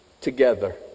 together